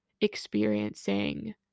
experiencing